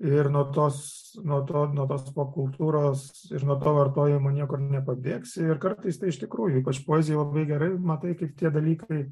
ir nuo tos nuo to nuo tos popkultūros ir nuo pavartojimo niekur nepabėgsi ir kartais tai iš tikrųjų ypač poezijoje labai gerai matai kaip tie dalykai